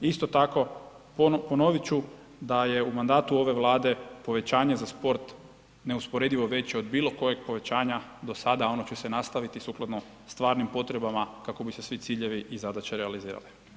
Isto tako ponoviti ću da je u mandatu ove Vlade povećanje za sport neusporedivo veće od bilo kojeg povećanja do sada, ono će se nastaviti sukladno stvarnim potrebama kako bi se svi ciljevi i zadaće realizirale.